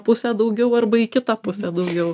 pusę jau arba kitą pusę daugiau